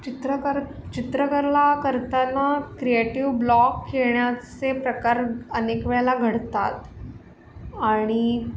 चित्रकार चित्रकला करताना क्रिएटिव्ह ब्लॉक येण्याचे प्रकार अनेक वेळेला घडतात आणि